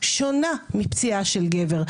שונה מפציעה של גבר.